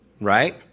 right